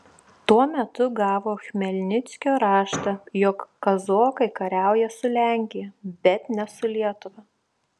tuo metu gavo chmelnickio raštą jog kazokai kariauja su lenkija bet ne su lietuva